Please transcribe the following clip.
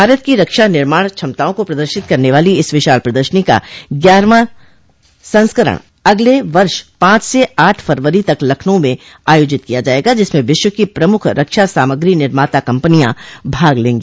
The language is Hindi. भारत की रक्षा निर्माण क्षमताओं को प्रदर्शित करने वाली इस विशाल प्रदर्शनी का ग्यारहवां संस्करण अगले वर्ष पाँच से आठ फरवरी तक लखनऊ में आयोजित किया जायेगा जिसमें विश्व की प्रमुख रक्षा सामग्री निर्माता कम्पनियां भाग लेंगी